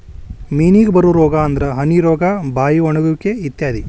ಮೇನಿಗೆ ಬರು ರೋಗಾ ಅಂದ್ರ ಹನಿ ರೋಗಾ, ಬಾಯಿ ಒಣಗುವಿಕೆ ಇತ್ಯಾದಿ